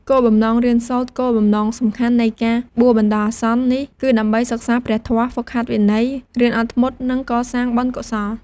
គោលបំណងរៀនសូត្រ គោលបំណងសំខាន់នៃការបួសបណ្ដោះអាសន្ននេះ គឺដើម្បីសិក្សាព្រះធម៌ ហ្វឹកហាត់វិន័យ រៀនអត់ធ្មត់ និងកសាងបុណ្យកុសល។